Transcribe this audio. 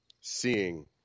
seeing